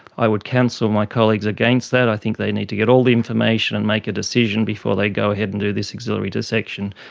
i would counsel my colleagues against that, i think they need to get all the information and make a decision before they go ahead and do this axillary dissection.